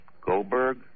Goldberg